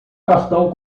cartão